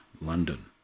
London